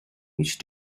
which